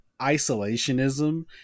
isolationism